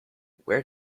where